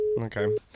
Okay